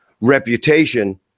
reputation